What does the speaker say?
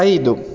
ಐದು